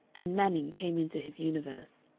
and manning came into his universe.